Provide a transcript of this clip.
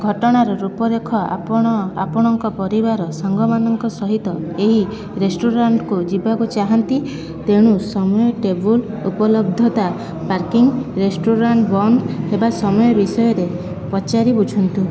ଘଟଣାର ରୂପରେଖ ଆପଣ ଆପଣଙ୍କ ପରିବାର ସାଙ୍ଗମାନଙ୍କ ସହିତ ଏହି ରେଷ୍ଟୁରାଣ୍ଟ୍କୁ ଯିବାକୁ ଚାହାଁନ୍ତି ତେଣୁ ସମୟ ଟେବୁଲ୍ ଉପଲବ୍ଧତା ପାର୍କିଂ ରେଷ୍ଟୁରାଣ୍ଟ୍ ବନ୍ଦ ହେବା ସମୟ ବିଷୟରେ ପଚାରି ବୁଝନ୍ତୁ